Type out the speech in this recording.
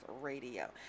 Radio